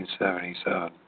1977